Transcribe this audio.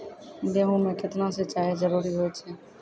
गेहूँ म केतना सिंचाई जरूरी होय छै?